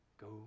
Go